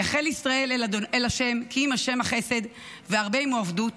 יחל ישראל אל ה', כי עם ה' החסד והרבה עִמו פדות.